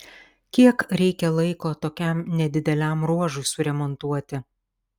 kiek reikia laiko tokiam nedideliam ruožui suremontuoti